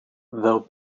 though